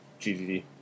GDD